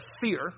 fear